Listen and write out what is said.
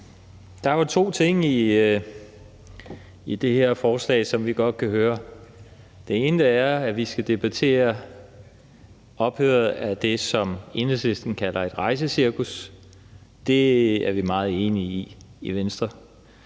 er jo to ting i det her forslag, som vi godt kan høre. Det ene er, at vi skal debattere ophøret af det, som Enhedslisten kalder et rejsecirkus. Det er vi meget enige i i Venstre.